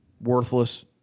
worthless